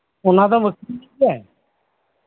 ᱚᱱᱟ ᱫᱚᱢ ᱟᱠᱷᱨᱤᱧᱮᱫ ᱛᱮ